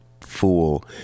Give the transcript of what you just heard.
fool